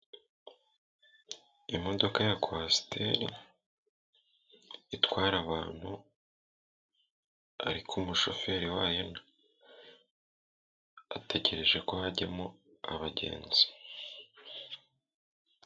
Imodoka ya kwasiteri itwara abantu ariko mushoferi wayo ategereje ko hajyamo abagenzi.